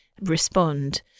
respond